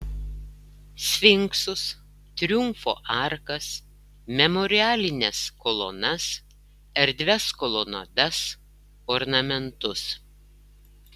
sfinksus triumfo arkas memorialines kolonas erdvias kolonadas ornamentus